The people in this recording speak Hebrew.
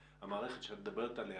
המערכת שאת מדברת עליה